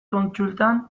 kontsultan